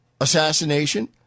assassination